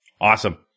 Awesome